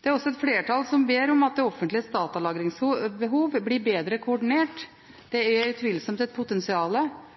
Det er også et flertall som ber om at det offentliges datalagringsbehov blir bedre koordinert. Det er utvilsomt et